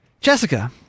Jessica